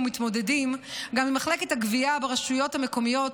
מתמודדים גם עם מחלקות הגבייה ברשות המקומיות,